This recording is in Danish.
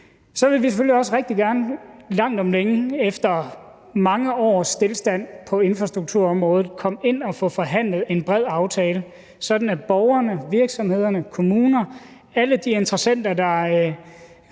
Så vil vi selvfølgelig også rigtig gerne – langt om længe efter mange års stilstand på infrastrukturområdet – komme ind at få forhandlet en bred aftale, sådan at vi kan sige til borgerne, virksomhederne, kommunerne, altså alle de interessenter, der